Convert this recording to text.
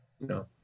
No